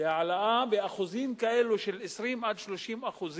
והעלאה באחוזים כאלה, של 20% 30%,